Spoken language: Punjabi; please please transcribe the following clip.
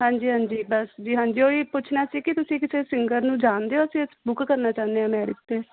ਹਾਂਜੀ ਹਾਂਜੀ ਬਸ ਜੀ ਹਾਂਜੀ ਉਹੀ ਪੁੱਛਣਾ ਸੀ ਕਿ ਤੁਸੀਂ ਕਿਸੇ ਸਿੰਗਰ ਨੂੰ ਜਾਣਦੇ ਹੋ ਅਸੀਂ ਬੁੱਕ ਕਰਨਾ ਚਾਹੁੰਦੇ ਹਾਂ ਮੈਰਿਜ਼ 'ਤੇ